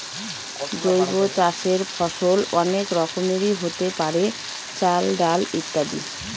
জৈব চাষের ফসল অনেক রকমেরই হতে পারে, চাল, ডাল ইত্যাদি